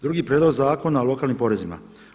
Drugi prijedlog zakona o lokalnim porezima.